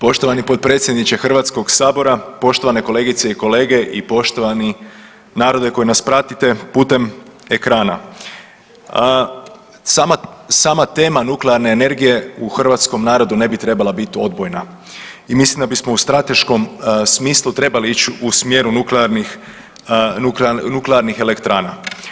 Poštovani potpredsjedniče Hrvatskog sabora, poštovane kolegice i kolege i poštovani narode koji nas pratite putem ekrana, sama tema nuklearne energije u hrvatskom narodu ne bi trebala biti odbojna i mislim da bismo u strateškom smislu trebali ići u smjeru nuklearnih, nuklearnih elektrana.